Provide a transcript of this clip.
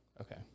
okay